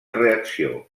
reacció